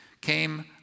came